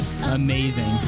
Amazing